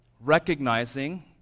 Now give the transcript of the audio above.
recognizing